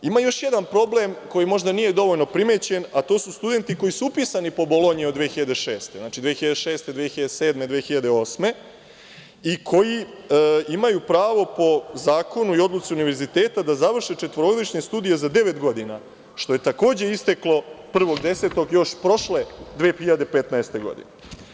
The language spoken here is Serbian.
Ima još jedan problem koji možda nije dovoljno primećen, a to su studenti koji su upisani po Bolonji od 2006, znači, 2006, 2007, 2008. godine i koji imaju pravo po zakonu i odluci Univerziteta da završe četvorogodišnje studije za devet godina, što je takođe isteklo 1. 10. još prošle, 2015. godine.